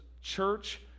church